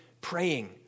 praying